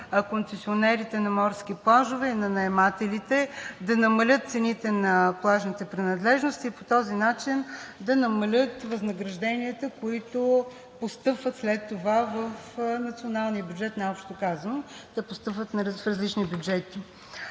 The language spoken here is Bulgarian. и наемателите на морски плажове да намалят цените на плажните принадлежности и по този начин да намалят възнагражденията, които постъпват след това в националния бюджет, най-общо казано, да постъпват в различни бюджети.